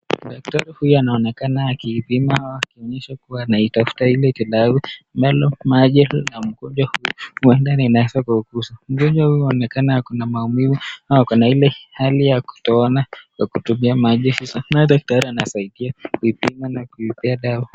Daktari huyu anaonekana akipima akionyesha kuwa anaitafuta ile shida. Macho ya mgonjwa huyu huenda yanashindwa kuona. Mgonjwa huyu anaonekana ana maumivu ama ako na ile hali ya kutoona kwa kutumia macho sasa. Na huyu daktari anasaidia kuipima na kuipatia dawa.